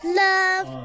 love